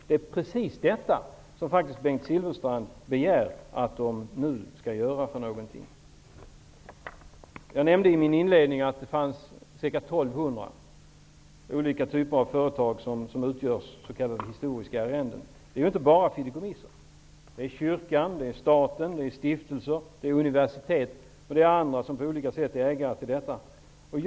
Det är precis detta som Bengt Silfverstrand begär att man nu skall göra. Jag nämnde i min inledning att det finns ca 1 200 olika typer av företag som utgör s.k. historiska arrenden. Det är inte bara fråga om fideikommiss. Det är kyrkan, staten, stiftelser, universitet och andra som är ägare av olika slag.